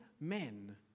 men